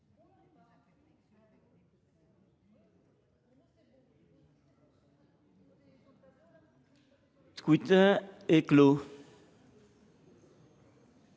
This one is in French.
Le scrutin est clos.